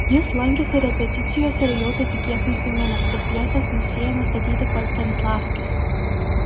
jis lankėsi repeticijose ir jautėsi kiek nusiminęs kad pjesės nesiėmė statyti pats stanislavskis